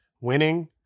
winning